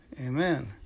Amen